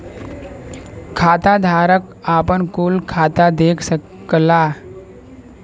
खाताधारक आपन कुल खाता देख सकला